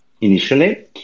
initially